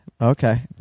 Okay